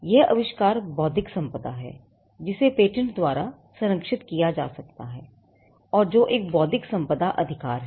यह आविष्कार बौद्धिक संपदा है जिसे पेटेंट द्वारा संरक्षित किया जा सकता है जो एक बौद्धिक संपदा अधिकार है